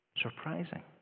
Surprising